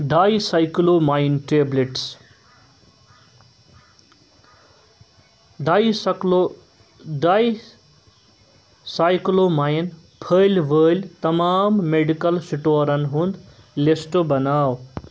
ڈاے سایکلو ماین ٹیبٕلِٹس ڈاے سکلو ڈاے سایکلو مایِن پٔھلۍ وٲلۍ تمام میڈِکل سٹورن ہُنٛد لسٹ بناو